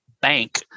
bank